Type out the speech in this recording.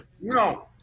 No